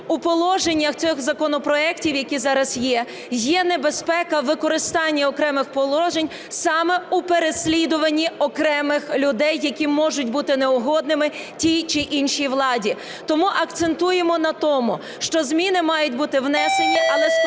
у положеннях цих законопроектів, які зараз є, є небезпека використання окремих положень саме у переслідуванні окремих людей, які можуть бути неугодними тій чи іншій владі. Тому акцентуємо на тому, що зміни мають бути внесені, але з